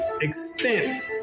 extent